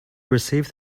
receive